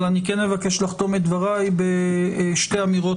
אבל אני כן אבקש לחתום את דברי בשתי אמירות